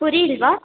ಪುರಿ ಇಲ್ಲವಾ